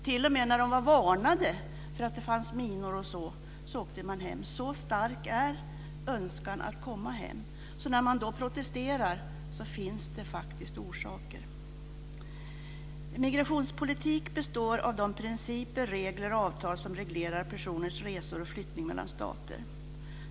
T.o.m. när de hade varnats för minor och andra faror åkte de hem. Så stark är önskan att komma tillbaka. Men när man protesterar mot att sändas hem finns det faktiskt orsaker. En migrationspolitik består av de principer, regler och avtal som reglerar personers resor och flyttning mellan stater.